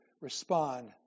respond